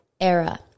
era